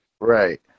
Right